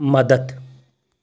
مدتھ